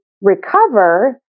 recover